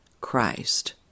Christ